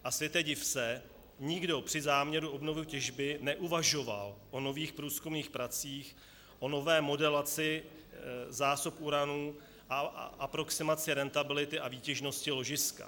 A světe div se, nikdo při záměru obnovy těžby neuvažoval o nových průzkumných pracích, o nové modelaci zásob uranu a aproximaci rentability a výtěžnosti ložiska.